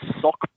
sock